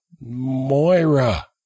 Moira